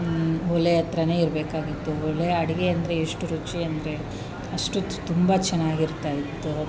ಒಲೆ ಹತ್ತಿರನೇ ಇರಬೇಕಾಗಿತ್ತು ಒಲೆಯ ಅಡುಗೆ ಅಂದರೆ ಎಷ್ಟು ರುಚಿ ಅಂದರೆ ಅಷ್ಟು ತುಂಬ ಚೆನ್ನಾಗಿರ್ತಾಯಿತ್ತು